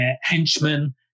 henchmen